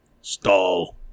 stall